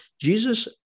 Jesus